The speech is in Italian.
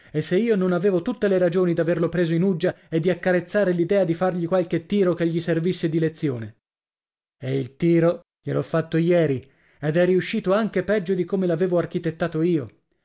e se io non avevo tutte le ragioni d'averlo preso in uggia e di accarezzare l'idea di fargli qualche tiro che gli servisse di lezione e il tiro gliel'ho fatto ieri ed è riuscito anche peggio di come l'avevo architettato io